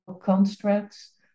constructs